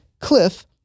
cliff